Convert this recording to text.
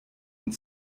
und